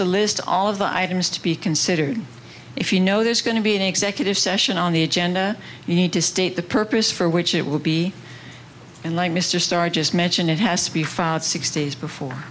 to list all of the items to be considered if you know there's going to be an executive session on the agenda you need to state the purpose for which it will be and like mr starr just mentioned it has to be filed sixty days before